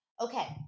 Okay